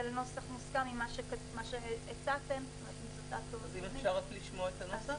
לנוסח מוסכם כמו שהצעתם --- אפשר לשמוע את הנוסח